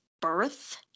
birth